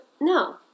no